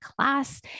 class